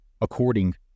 According